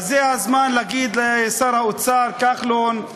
אז זה הזמן להגיד לשר האוצר כחלון,